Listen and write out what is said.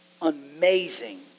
amazing